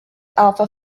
alpha